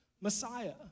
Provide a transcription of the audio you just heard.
Messiah